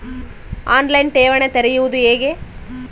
On line ಠೇವಣಿ ತೆರೆಯುವುದು ಹೇಗೆ?